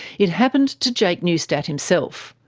it happened to jake newstadt himself,